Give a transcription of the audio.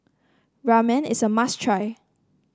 ramen is a must try